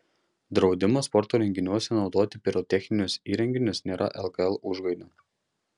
draudimas sporto renginiuose naudoti pirotechninius įrenginius nėra lkl užgaida